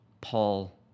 Paul